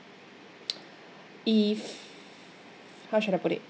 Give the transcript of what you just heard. if how should I put it